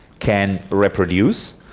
can reproduce.